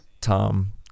Tom